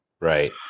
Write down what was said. Right